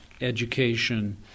education